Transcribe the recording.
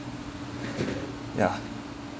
ya